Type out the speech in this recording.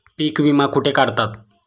पीक विमा कुठे काढतात?